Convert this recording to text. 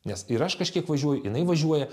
nes ir aš kažkiek važiuoju jinai važiuoja